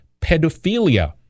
pedophilia